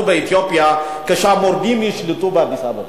באתיופיה כשהמורדים ישלטו על אדיס-אבבה.